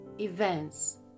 events